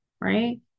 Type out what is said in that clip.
right